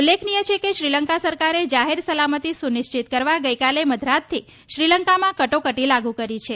ઉલ્લેખનીય છે કે શ્રીલંકા સરકારે જાહેર સલામતી સુનિશ્ચિત કરવા ગઇકાલે મધરાત્રથી શ્રીલંકામાં કટોકટી લાગુ કરી છે